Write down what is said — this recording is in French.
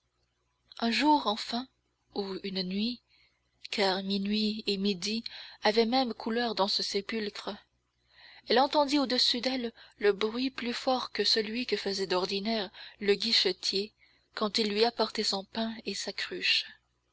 un jour enfin ou une nuit car minuit et midi avaient même couleur dans ce sépulcre elle entendit au-dessus d'elle un bruit plus fort que celui que faisait d'ordinaire le guichetier quand il lui apportait son pain et sa cruche